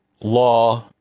law